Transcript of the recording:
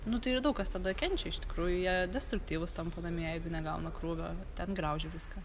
nu tai ir daug kas tada kenčia iš tikrųjų jie destruktyvūs tampa namie jeigu negauna krūvio ten graužia viską